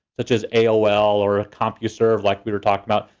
such as aol or compuserve, like we were talking about,